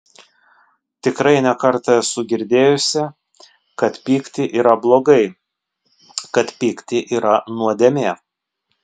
tikrai ne kartą esu girdėjusi kad pykti yra blogai kad pykti yra nuodėmė